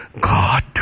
God